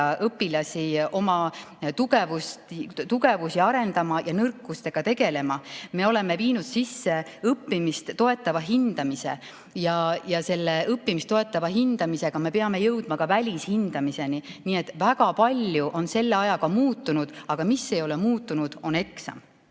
õpilasi oma tugevusi arendama ja nõrkustega tegelema. Me oleme viinud sisse õppimist toetava hindamise ja selle õppimist toetava hindamisega me peame jõudma ka välishindamiseni. Nii et väga palju on selle ajaga muutunud. Aga mis ei ole muutunud, on